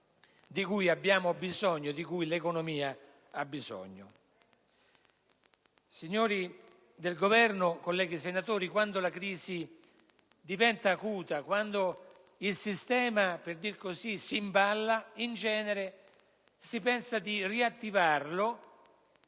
la fiducia di cui l'economia ha bisogno. Signori del Governo, colleghi senatori, quando la crisi diventa acuta e quando il sistema si "imballa", in genere si pensa di riattivarlo